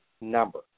number